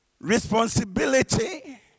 responsibility